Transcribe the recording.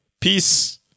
peace